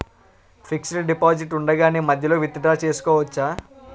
Fixed deposit ఉండగానే మధ్యలో withdraw చేసుకోవచ్చా?